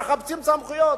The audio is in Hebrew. מחפשים סמכויות,